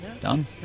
Done